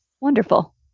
Wonderful